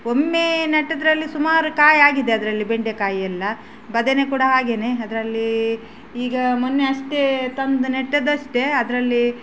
ಒಮ್ಮೆ ನೆಡೋದ್ರಲ್ಲಿ ಸುಮಾರು ಕಾಯಾಗಿದೆ ಅದರಲ್ಲಿ ಬೆಂಡೆಕಾಯಿ ಎಲ್ಲ ಬದನೆ ಕೂಡ ಹಾಗೆಯೇ ಅದರಲ್ಲಿ ಈಗ ಮೊನ್ನೆ ಅಷ್ಟೇ ತಂದು ನೆಡೋದು ಅಷ್ಟೆ ಅದರಲ್ಲಿ